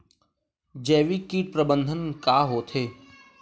जैविक कीट प्रबंधन का होथे?